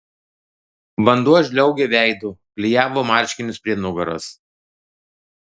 vanduo žliaugė veidu klijavo marškinius prie nugaros